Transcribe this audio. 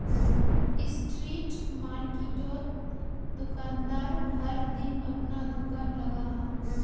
street मार्किटोत दुकानदार हर दिन अपना दूकान लगाहा